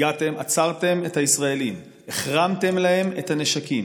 הגעתם, עצרתם את הישראלים, החרמתם להם את הנשקים.